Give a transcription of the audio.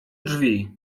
drzwi